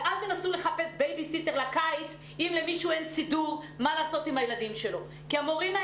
לכל ההורים שאין להם סידור לילדים שלהם בקיץ